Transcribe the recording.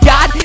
God